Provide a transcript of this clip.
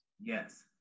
Yes